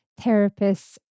therapists